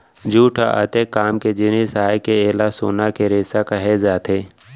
jute ह अतेक काम के जिनिस आय के एला सोना के रेसा कहे जाथे